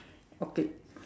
okay